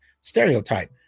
stereotype